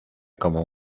como